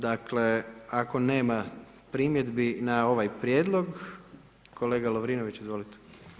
Dakle, ako nema primjedbi na ovaj prijedlog, kolega Lovrinović, izvolite.